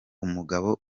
umugabo